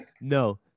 no